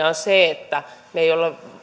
on se että me emme